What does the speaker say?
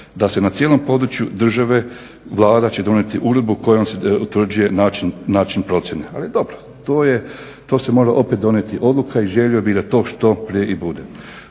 da se na cijelom području države Vlada će donijeti uredbu kojom se utvrđuje način procjene. Ali dobro, to se mora opet donijeti odluka i želio bih da to što prije i bude.